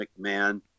McMahon